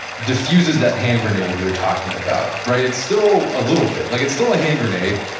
diffuses that hand grenade you were talking about. right. it's still a little bit like it's still a hand grenade.